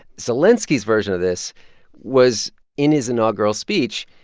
zelenskiy's version of this was in his inaugural speech,